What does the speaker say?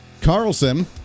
Carlson